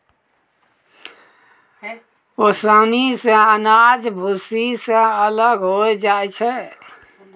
ओसौनी सें अनाज भूसी सें अलग होय जाय छै